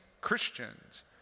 Christians